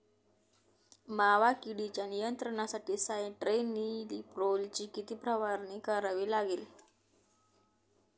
मावा किडीच्या नियंत्रणासाठी स्यान्ट्रेनिलीप्रोलची किती फवारणी करावी लागेल?